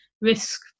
risk